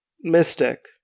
mystic